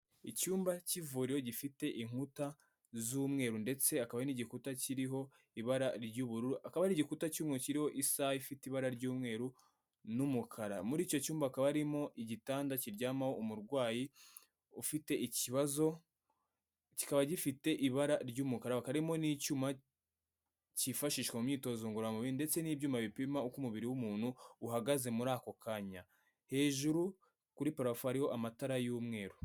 Icyumba cy'ivuriro gifite inkuta z'umweru ndetse akaba ari n'igikuta kiriho ibara ry'ubururu, akaba ari igikuta cy'umweru kiriho isaha ifite ibara ry'umweru n'umukara. Muri icyo cyumba hakaba harimo igitanda kiryamaho umurwayi ufite ikibazo, kikaba gifite ibara ry'umukara. Harimo n'icyuma cyifashishwa mu myitozo ngororamubiri ndetse n'ibyuma bipima uko umubiri w'umuntu uhagaze muri ako kanya, hejuru kuri parafo hariho amatara y'umweru.